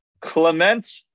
clement